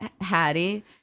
Hattie